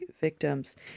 victims